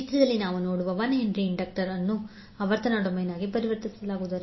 ಚಿತ್ರದಲ್ಲಿ ನಾವು ನೋಡುವ 1H ಇಂಡಕ್ಟರ್ ಅನ್ನು ಆವರ್ತನ ಡೊಮೇನ್ ಆಗಿ ಪರಿವರ್ತಿಸಲಾಗುತ್ತದೆ